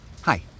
hi